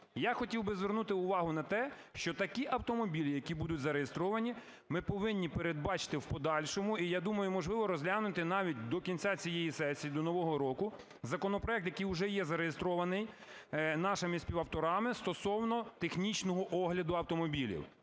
я хотів би звернути увагу на те, що такі автомобілі, які будуть зареєстровані, ми повинні передбачити в подальшому, і, я думаю, можливо, розглянути навіть до кінця цієї сесії, до Нового року, законопроект, який вже є зареєстрований нашими співавторами, стосовно технічного огляду автомобілів.